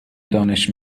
دانش